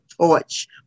torch